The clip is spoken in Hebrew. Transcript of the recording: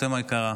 רותם היקרה,